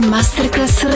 Masterclass